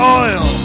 oil